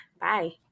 Bye